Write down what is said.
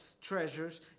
treasures